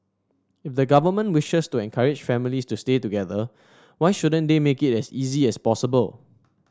if the government wishes to encourage families to stay together why shouldn't they make it as easy as possible